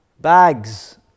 bags